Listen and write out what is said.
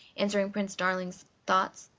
answering prince darling's thoughts.